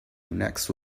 next